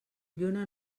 lluna